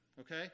okay